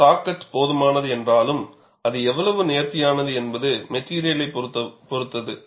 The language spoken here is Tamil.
இந்த சா கட் போதுமானது என்றாலும் அது எவ்வளவு நேர்த்தியானது என்பது மெட்டிரியலை பொறுத்தது